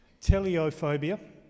Teleophobia